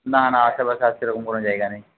না না আশেপাশে আর সেরকম কোনো জায়গা নেই